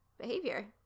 behavior